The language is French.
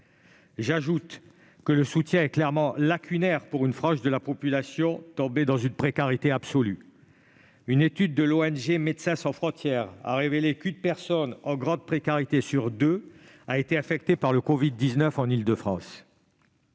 J'ajoute que le soutien est clairement lacunaire pour une frange de la population tombée dans une précarité absolue. Une étude de l'ONG Médecins sans frontières a révélé qu'une personne en grande précarité sur deux a été infectée par le covid-19 en Île-de-France.